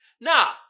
Nah